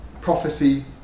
Prophecy